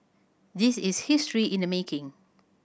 this is history in the making